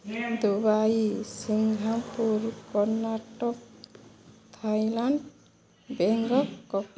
Dubai Singapore Karnataka Thailand Bangkok